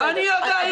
אני יודע,